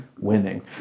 winning